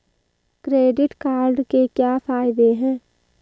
Credit card के क्या फायदे हैं?